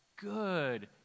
good